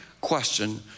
question